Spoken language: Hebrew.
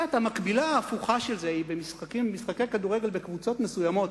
המקבילה ההפוכה של זה היא שבמשחקי כדורגל בקבוצות מסוימות,